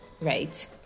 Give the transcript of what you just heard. Right